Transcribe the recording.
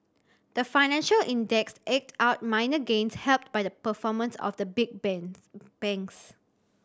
the financial index eked out minor gains helped by the performance of the big bans banks